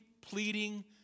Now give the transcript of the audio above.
pleading